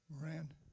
Moran